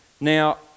Now